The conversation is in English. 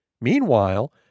Meanwhile